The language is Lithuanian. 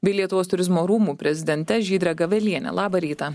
bei lietuvos turizmo rūmų prezidente žydre gaveliene laba rytą